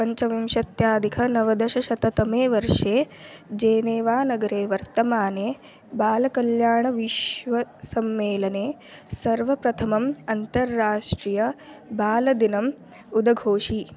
पञ्चविंशत्यधिकनवदशशततमे वर्षे जेनेवानगरे वर्तमाने बालकल्याणविश्वसम्मेलने सर्वप्रथमम् अन्तर्राष्ट्रियबालदिनम् उदघोषि